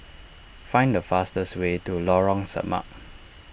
find the fastest way to Lorong Samak